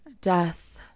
death